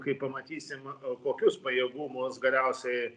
kai pamatysim kokius pajėgumus galiausiai